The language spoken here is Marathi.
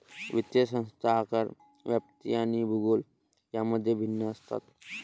वित्तीय संस्था आकार, व्याप्ती आणि भूगोल यांमध्ये भिन्न असतात